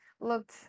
looked